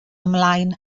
ymlaen